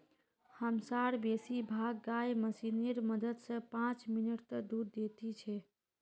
हमसार बेसी भाग गाय मशीनेर मदद स पांच मिनटत दूध दे दी छेक